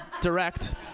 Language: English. direct